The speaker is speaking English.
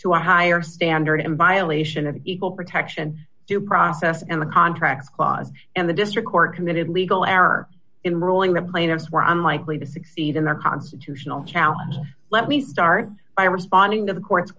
to a higher standard in violation of equal protection due process and the contract clause and the district court committed legal error in ruling the plaintiffs were unlikely to succeed in their constitutional challenge let me start by responding to the court